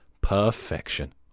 Perfection